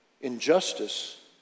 injustice